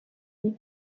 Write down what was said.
ligue